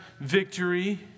victory